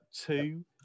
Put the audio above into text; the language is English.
Two